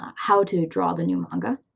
um how to draw the new manga.